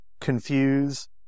confuse